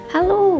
Hello